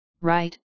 right